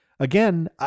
Again